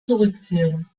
zurückführen